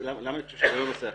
למה אני חושב שזה לא נושא אחר?